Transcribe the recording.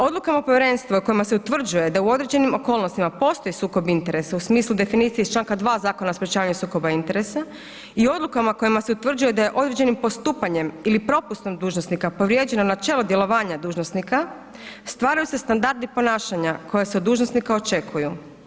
Odluka o povjerenstvu kojima se utvrđuje da u određenim okolnostima postoji sukob interesa u smislu definicije iz čl. 2. Zakona o sprječavanju sukoba interesa i odlukama kojima se utvrđuje da je određenim postupanjem ili propustom dužnosnika povrijeđeno načelo djelovanja dužnosnika, stvaraju se standardi ponašanja koja se od dužnosnika očekuju.